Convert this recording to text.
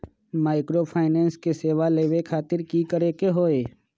Microfinance के सेवा लेबे खातीर की करे के होई?